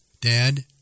Dad